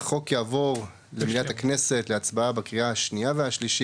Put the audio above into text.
החוק יעבור למליאת הכנסת להצבעה בקריאה השנייה והשלישית.